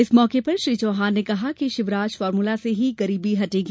इस मौके पर मुख्यमंत्री ने कहा कि शिवराज फार्मूला से ही गरीबी हटेगी